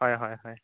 হয় হয় হয়